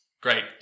Great